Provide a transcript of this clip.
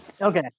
Okay